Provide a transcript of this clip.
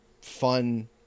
fun